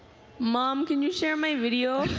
mom, can you share my videos.